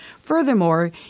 Furthermore